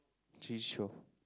she's chio